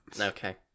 Okay